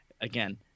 Again